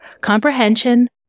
Comprehension